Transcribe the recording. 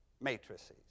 matrices